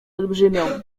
olbrzymią